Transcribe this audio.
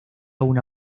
una